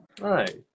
Right